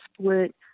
split